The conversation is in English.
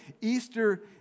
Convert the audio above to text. Easter